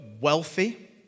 wealthy